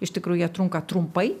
iš tikrųjų jie trunka trumpai